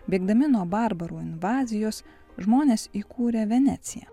bėgdami nuo barbarų invazijos žmonės įkūrė veneciją